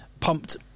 pumped